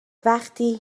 وقتی